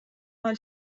حال